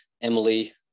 Emily